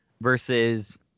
versus